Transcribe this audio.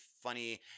funny